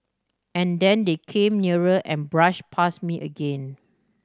and then they came nearer and brushed past me again